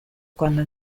quando